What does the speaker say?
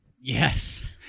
Yes